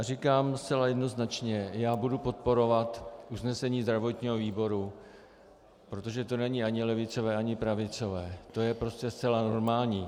Říkám zcela jednoznačně: Já budu podporovat usnesení zdravotního výboru, protože to není ani levicové ani pravicové, to je prostě zcela normální.